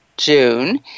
June